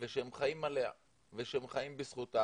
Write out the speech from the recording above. ושהם חיים עליה ושהם חיים בזכותה,